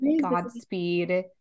godspeed